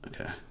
Okay